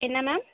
என்ன மேம்